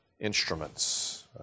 instruments